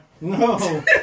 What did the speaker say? No